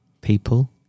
People